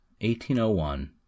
1801